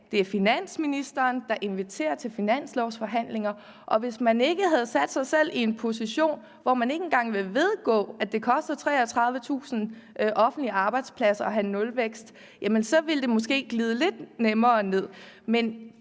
det er finansministeren, der inviterer til finanslovsforhandlinger, og hvis man ikke havde sat sig selv i en position, hvor man ikke engang vil vedgå, at det koster 33.000 offentlige arbejdspladser at have nulvækst, så ville det måske glide lidt nemmere ned.